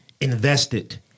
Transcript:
invested